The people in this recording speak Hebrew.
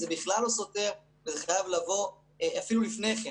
וזה בכלל לא סותר וזה חייב לבוא אפילו לפני כן